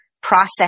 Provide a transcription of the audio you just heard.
process